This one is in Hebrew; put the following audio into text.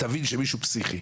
תבין שמישהו פסיכי.